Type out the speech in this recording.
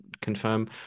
confirm